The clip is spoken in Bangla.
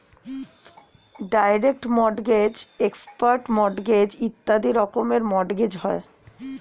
ডাইরেক্ট মর্টগেজ, এক্সপার্ট মর্টগেজ ইত্যাদি রকমের মর্টগেজ হয়